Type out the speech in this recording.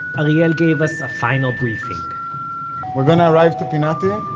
but ariel gave us a final briefing we're gonna arrive to pinati,